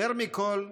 יותר מכול,